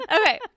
okay